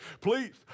please